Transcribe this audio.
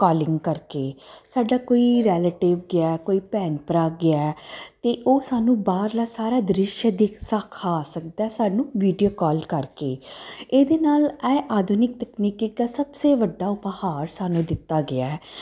calling ਕਰਕੇ ਸਾਡਾ ਕੋਈ ਰਿਲੇਟਿਵ ਗਿਆ ਕੋਈ ਭੈਣ ਭਰਾ ਗਿਆ ਤੇ ਉਹ ਸਾਨੂੰ ਬਾਹਰਲਾ ਸਾਰਾ ਦ੍ਰਿਸ਼ ਦੇਖਾ ਦਿਖਾ ਸਕਦਾ ਸਾਨੂੰ ਵੀਡੀਓ ਕਾਲ ਕਰਕੇ ਇਹਦੇ ਨਾਲ ਐ ਆਧੁਨਿਕ ਤਕਨੀਕੀ ਇਕ ਸਬ ਸੇ ਵੱਡਾ ਉਪਹਾਰ ਸਾਨੂੰ ਦਿੱਤਾ ਗਿਆ